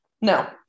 No